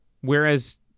Whereas